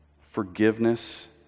Forgiveness